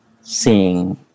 seeing